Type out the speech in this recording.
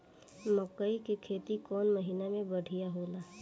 मकई के खेती कौन महीना में बढ़िया होला?